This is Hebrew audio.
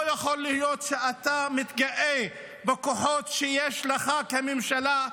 לא יכול להיות שאתה מתגאה בכוחות שיש לך כממשלה,